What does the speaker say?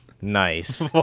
Nice